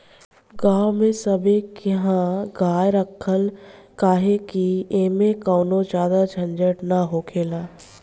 गांव में सभे किहा गाय रखाला काहे कि ऐमें कवनो ज्यादे झंझट ना हखेला